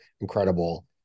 incredible